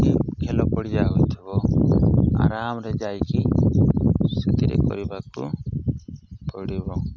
କି ଖେଲ ପଡ଼ିଆା ହୋଇଥିବ ଆରାମରେ ଯାଇକି ସେଥିରେ କରିବାକୁ ପଡ଼ିବ